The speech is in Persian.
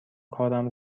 کارم